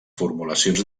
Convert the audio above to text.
formulacions